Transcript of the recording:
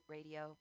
Radio